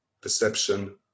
perception